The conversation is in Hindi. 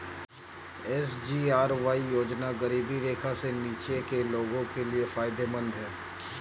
एस.जी.आर.वाई योजना गरीबी रेखा से नीचे के लोगों के लिए फायदेमंद है